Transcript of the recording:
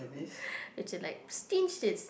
which is like